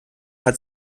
hat